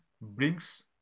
brings